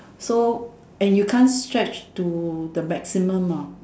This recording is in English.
so and you can't stretch to the maximum hor